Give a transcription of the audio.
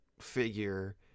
figure